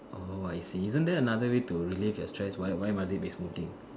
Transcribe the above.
I see isn't there another way to release your stress why why must it be smoking